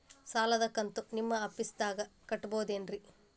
ಸಾಲದ ಕಂತು ನಿಮ್ಮ ಆಫೇಸ್ದಾಗ ಕಟ್ಟಬಹುದೇನ್ರಿ?